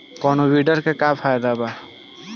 कौनो वीडर के का फायदा बा?